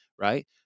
right